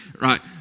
right